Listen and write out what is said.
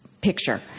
picture